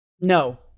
No